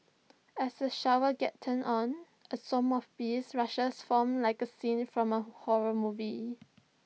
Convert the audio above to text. as the shower gets turned on A swarm of bees rushes from like A scene from A horror movie